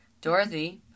Dorothy